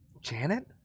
Janet